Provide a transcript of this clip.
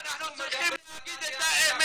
לא, אנחנו צריכים להגיד את האמת.